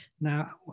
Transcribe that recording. Now